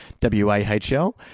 W-A-H-L